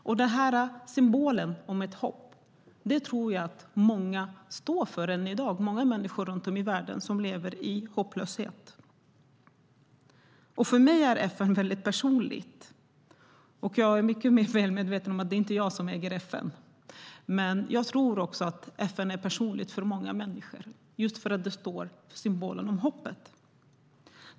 Detta med FN som symbolen för hopp är något jag tror att många människor som lever i hopplöshet i världen står för. För mig är också FN mycket personligt. Jag är väl medveten om att det inte är jag som äger FN, men jag tror att FN är personligt för många människor just för att det är symbolen om hoppet.